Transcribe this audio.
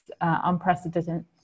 unprecedented